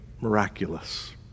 miraculous